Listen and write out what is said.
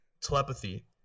telepathy